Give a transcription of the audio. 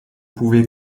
pouvez